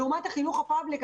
לעומת החינוך הציבורי,